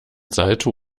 salto